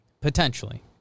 Potentially